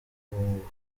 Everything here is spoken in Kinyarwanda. wavuga